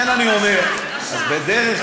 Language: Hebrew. אז תכתוב